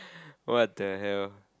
what the hell